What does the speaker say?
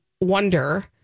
wonder